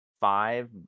five